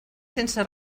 sense